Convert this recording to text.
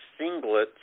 singlets